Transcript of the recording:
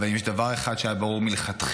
אבל אם יש דבר אחד שהיה ברור מלכתחילה